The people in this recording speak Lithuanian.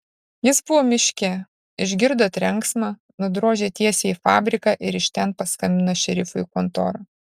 jis buvo miške išgirdo trenksmą nudrožė tiesiai į fabriką ir iš ten paskambino šerifui į kontorą